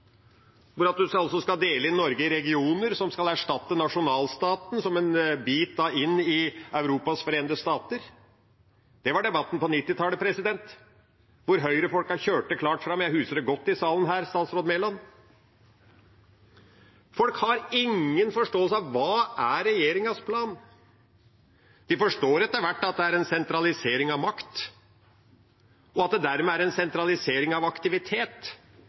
hvor en skal dele inn Norge i regioner som skal erstatte nasjonalstaten, som en bit av Europas forente stater. Det var debatten på 1990-tallet, da Høyre-folkene kjørte det klart fram i denne salen – jeg husker det godt, statsråd Mæland. Folk har ingen forståelse av hva som er regjeringas plan. De forstår etter hvert at det er en sentralisering av makt, og at det dermed er en sentralisering av aktivitet,